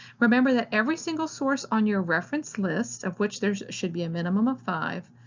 remember that every single source on your reference list, of which there should be a minimum of five,